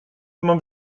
mam